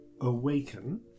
Awaken